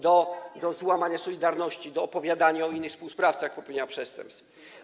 do złamania solidarności, do opowiadania o innych współsprawcach popełnianych przestępstw.